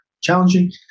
challenging